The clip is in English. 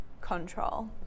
control